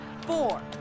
four